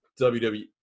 WWE